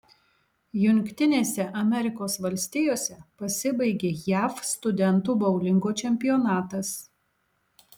jungtinėse amerikos valstijose pasibaigė jav studentų boulingo čempionatas